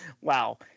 Wow